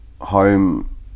home